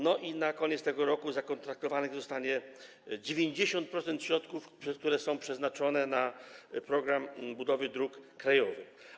Na koniec tego roku zakontraktowanych zostanie 90% środków, które są przeznaczone na program budowy dróg krajowych.